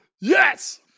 Yes